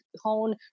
hone